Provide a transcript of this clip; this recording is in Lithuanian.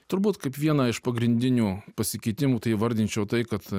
turbūt kaip vieną iš pagrindinių pasikeitimų tai įvardinčiau tai kad